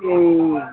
ம்